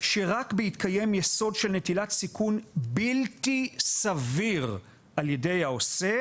שרק בהתקיים יסוד של נטילת סיכון בלתי סביר על-ידי העושה